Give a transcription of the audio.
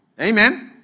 amen